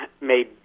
made